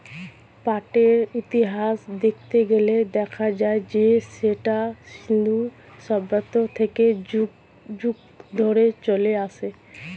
পাটের ইতিহাস দেখতে গেলে দেখা যায় যে সেটা সিন্ধু সভ্যতা থেকে যুগ যুগ ধরে চলে আসছে